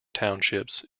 townships